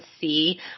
see